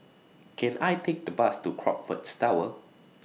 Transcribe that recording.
Can I Take The Bus to Crockfords Tower